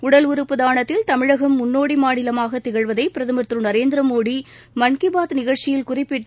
உடல் உறுப்பு தானத்தில் தமிழகம் முன்னோடி மாநிலமாக திகழ்வதை பிரதமர் திரு நரேந்திர மோடி மன் கி பாத் நிகழ்ச்சியில் குறிப்பிட்டு